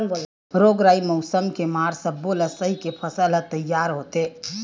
रोग राई, मउसम के मार सब्बो ल सहिके फसल ह तइयार होथे